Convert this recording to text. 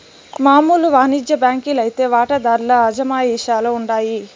మామూలు వానిజ్య బాంకీ లైతే వాటాదార్ల అజమాయిషీల ఉండాయి